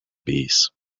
bees